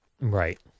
Right